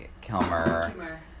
Kilmer